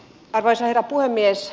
arvoisa herra puhemies